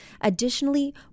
Additionally